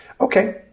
Okay